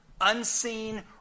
unseen